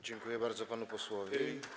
Dziękuję bardzo panu posłowi.